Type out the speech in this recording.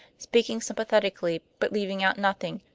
speaking sympathetically, but leaving out nothing,